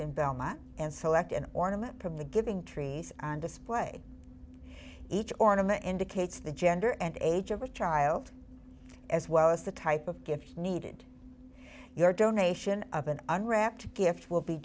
in belmont and select an ornament from the giving tree on display each ornament indicates the gender and age of a child as well as the type of gift needed your donation of an underactive gift will be